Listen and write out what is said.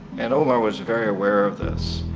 and omar was very aware of this.